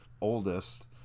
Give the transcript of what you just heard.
oldest